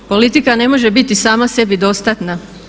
Politika ne može biti sama sebi dostatna.